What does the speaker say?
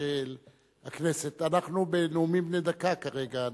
של הכנסת, אנחנו בנאומים בני דקה כרגע.